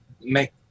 make